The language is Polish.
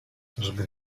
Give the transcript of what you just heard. żeby